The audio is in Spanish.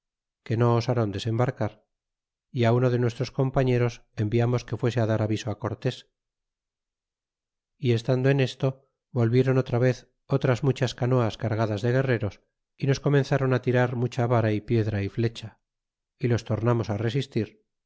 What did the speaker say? que no osaron desembarcar y á uno de nuestros compañeros enviamos que fuese dar aviso cortés y estando en esto volvieron otra vez otras muchas canoas cargadas de guerreros y nos comenzron tirar mucha vara y piedra y flecha y los tornamos resistir